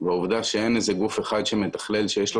והעובדה שאין איזה גוף אחד שמתכלל שיש לו